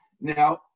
Now